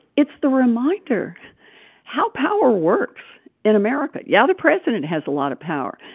it's the reminder how power works in america. yeah, the president has a lot of power.